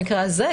במקרה הזה,